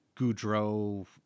Goudreau